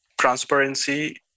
transparency